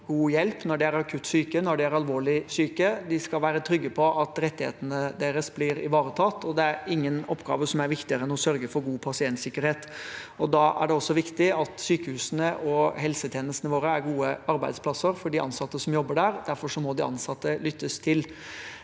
god hjelp når de er akutt syke, når de er alvorlig syke. De skal være trygge på at rettighetene deres blir ivaretatt, og det er ingen oppgave som er viktigere enn å sørge for god pasientsikkerhet. Da er det også viktig at sykehusene og helsetjenestene våre er gode arbeidsplasser for de ansatte som jobber der. Derfor må de ansatte lyttes til.